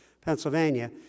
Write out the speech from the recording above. Pennsylvania